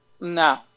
No